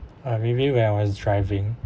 or maybe when I was driving